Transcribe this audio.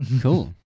Cool